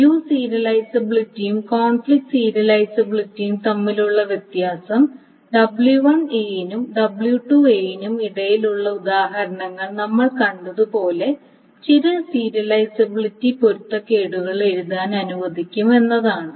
view സീരിയലൈസബിലിറ്റിയും conflict സീരിയലൈസബിലിറ്റിയും തമ്മിലുള്ള വ്യത്യാസം w1 നും w2 നും ഇടയിലുള്ള ഉദാഹരണത്തിൽ നമ്മൾ കണ്ടതുപോലെ ചില സീരിയലിസബിലിറ്റി പൊരുത്തക്കേടുകൾ എഴുതാൻ അനുവദിക്കും എന്നതാണ്